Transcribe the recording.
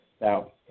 Now